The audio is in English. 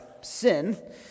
sin